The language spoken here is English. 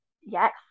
Yes